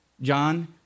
John